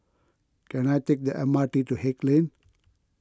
can I take the M R T to Haig Lane